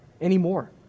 anymore